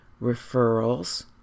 referrals